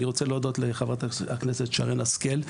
אני רוצה להודות לחברת הכנסת שרן השכל,